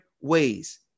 ways